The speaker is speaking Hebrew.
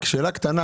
שאלה קטנה